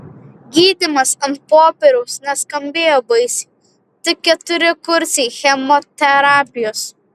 gydymas ant popieriaus neskambėjo baisiai tik keturi kursai chemoterapijos